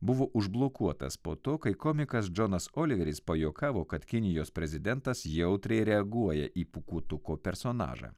buvo užblokuotas po to kai komikas džonas oliveris pajuokavo kad kinijos prezidentas jautriai reaguoja į pūkuotuko personažą